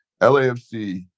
LAFC